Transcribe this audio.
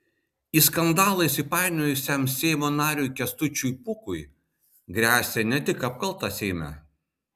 į skandalą įsipainiojusiam seimo nariui kęstučiui pūkui gresia ne tik apkalta seime